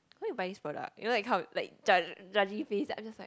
why you buy this product you know that kind of like judge judgy face then I'm just like